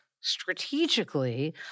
strategically